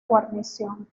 guarnición